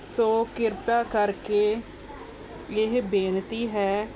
ਸੋ ਕਿਰਪਾ ਕਰਕੇ ਇਹ ਬੇਨਤੀ ਹੈ